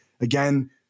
again